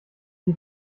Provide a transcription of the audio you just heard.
die